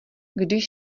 když